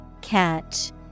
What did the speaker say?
Catch